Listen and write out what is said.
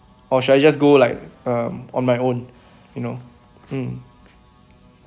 or should I just go like um on my own you know mm